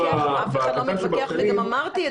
בקטן של בקטנים אף אחד לא מתווכח וגם אמרתי את זה,